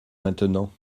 maintenant